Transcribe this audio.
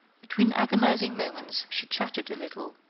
between agonizing moments, she chatted a little,